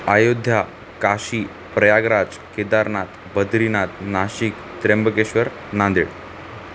Ayodhya Kashi Prayagraj Kedarnath Badrinath Nashik Trimbakeshwar Nanded